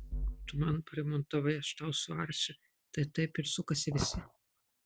tu man paremontavai aš tau suarsiu tai taip ir sukasi visi